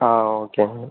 ஆ ஓகேங்க